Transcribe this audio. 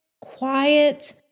quiet